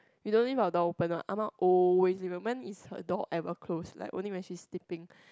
we don't leave our door open what Ah-Ma always leave open when is her door ever close like only when she is sleeping